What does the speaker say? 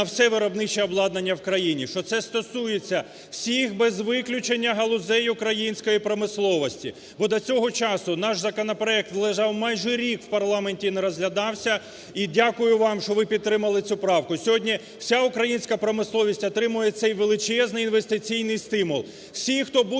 на все виробниче обладнання в країні, що це стосується всіх без виключення галузей української промисловості, бо до цього часу наш законопроект лежав майже рік у парламенті і не розглядався, і дякую вам, що ви підтримали цю правку. Сьогодні вся українська промисловість отримує цей величезний інвестиційний стимул.